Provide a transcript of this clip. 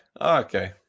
okay